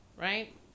right